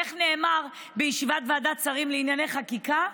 איך נאמר בישיבת ועדת שרים לענייני חקיקה?